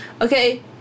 Okay